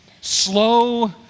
slow